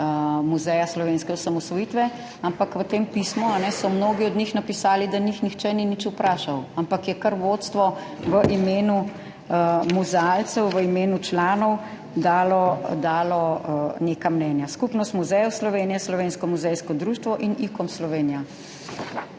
Muzeja slovenske osamosvojitve, ampak v tem pismu so mnogi od njih napisali, da njih nihče ni nič vprašal, ampak je kar vodstvo v imenu muzealcev, v imenu članov dalo neka mnenja. Skupnost muzejev Slovenije, Slovensko muzejsko društvo in ICOM Slovenija, kar